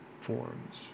forms